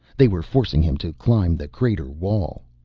they were forcing him to climb the crater wall.